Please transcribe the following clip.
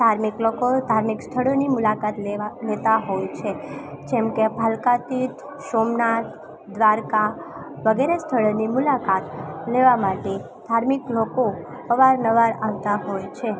ધાર્મિક લોકો ધાર્મિક સ્થળોની મુલાકાત લેવા લેતા હોય છે જેમકે ભાલકા તીર્થ સોમનાથ દ્વારિકા વગેરે સ્થળોની મુલાકાત લેવા માટે ધાર્મિક લોકો અવારનવાર આવતા હોય છે